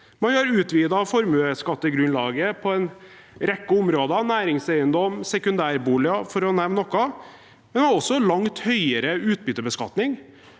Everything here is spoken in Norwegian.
Man har utvidet formuesskattegrunnlaget på en rekke områder – på næringseiendom, på sekundærboliger, for å nevne noe – og man har også langt høyere utbyttebeskatning.